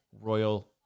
Royal